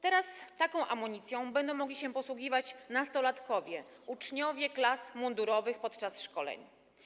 Teraz taką amunicją będą mogli się posługiwać nastolatkowie, uczniowie klas mundurowych podczas szkoleń.